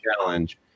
Challenge